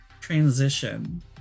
transition